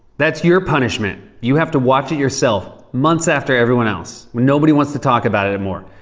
that's your punishment. you have to watch it yourself, months after everyone else when nobody wants to talk about it anymore.